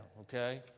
okay